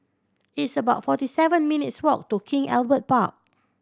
it's about forty seven minutes' walk to King Albert Park